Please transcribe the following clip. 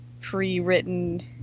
pre-written